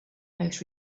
most